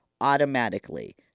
Automatically